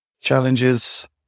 Challenges